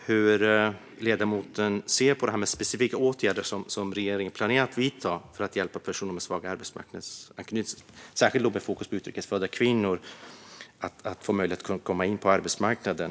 Hur ser ledamoten på de specifika åtgärder som regeringen planerar att vidta för att hjälpa personer med svag arbetsmarknadsanknytning, särskilt med fokus på utrikes födda kvinnor, så att de ska få möjlighet att komma in på arbetsmarknaden?